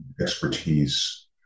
expertise